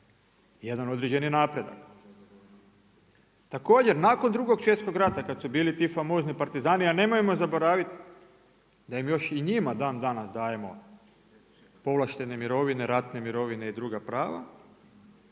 jedan određeni napredak. Također nakon Drugog svjetskog rata kada su bili ti famozni partizani a nemojmo zaboraviti da im još i njima dan danas dajemo povlaštene mirovine, ratne mirovine i druga prava.